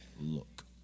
look